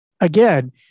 again